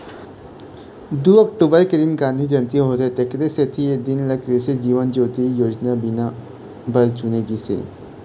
दू अक्टूबर के दिन गांधी जयंती होथे तेखरे सेती ए दिन ल कृसि जीवन ज्योति योजना बर चुने गिस हे